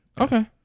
okay